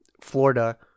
Florida